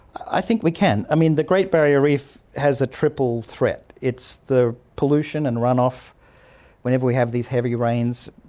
i think we can. i mean, the great barrier reef has a triple threat. it's the pollution and runoff whenever we have these heavy rains.